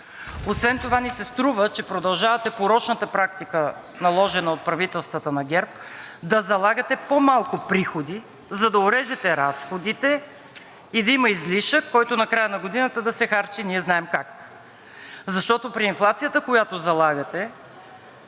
Освен това ни се струва, че продължавате порочната практика, наложена от правителствата на ГЕРБ, да залагате по-малко приходи, за да орежете разходите и да има излишък, който на края на годината да се харчи. Ние знаем как. Защото при инфлацията, която залагате,